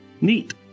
Neat